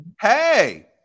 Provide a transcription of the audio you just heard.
Hey